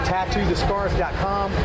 TattooTheScars.com